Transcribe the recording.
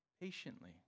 patiently